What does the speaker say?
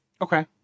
Okay